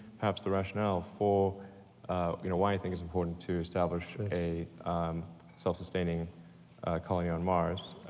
perhaps, the rational for you know why i think it's important to establish a self-sustaining colony on mars,